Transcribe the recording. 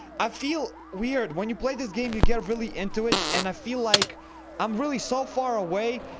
i feel weird! when you play this game you get really into it, and i feel like i'm really so far away,